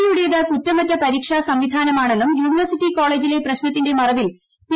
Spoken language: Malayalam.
സിയുടേത് കുറ്റമറ്റ പരീക്ഷാ സംവിധാനമാണെന്നും യൂണിവേഴ്സിറ്റി കോളേജിലെ പ്രശ്നത്തിന്റെ മറവിൽ പി